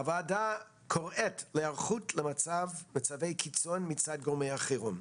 7. הוועדה קוראת להיערכות למצבי קיצון מצד גורמי החירום,